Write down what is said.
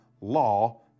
law